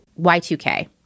Y2K